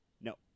No